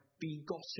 begotten